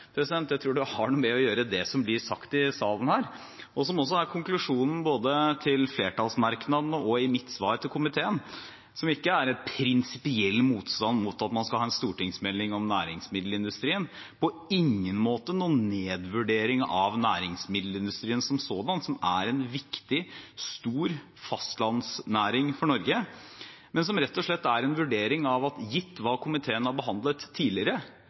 Jeg tror det har noe å gjøre med det som blir sagt i salen her, og som også er konklusjonen i både flertallsmerknadene og mitt svar til komiteen, som ikke er en prinsipiell motstand mot at man skal ha en stortingsmelding om næringsmiddelindustrien – på ingen måte noen nedvurdering av næringsmiddelindustrien som sådan, som er en viktig, stor fastlandsnæring for Norge – men som rett og slett er en vurdering, at gitt hva komiteen har behandlet tidligere,